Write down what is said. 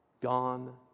Gone